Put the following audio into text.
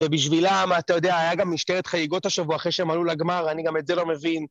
ובשבילם, אתה יודע, היה גם משטרת חגיגות השבוע אחרי שהם עלו לגמר, אני גם את זה לא מבין.